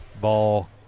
Ball